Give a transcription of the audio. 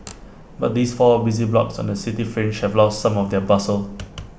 but these four busy blocks on the city fringe have lost some of their bustle